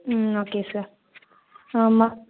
ம் okay sir ஆமாம்